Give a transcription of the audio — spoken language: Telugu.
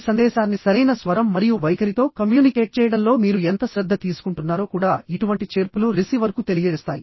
మీ సందేశాన్ని సరైన స్వరం మరియు వైఖరితో కమ్యూనికేట్ చేయడంలో మీరు ఎంత శ్రద్ధ తీసుకుంటున్నారో కూడా ఇటువంటి చేర్పులు రిసీవర్కు తెలియజేస్తాయి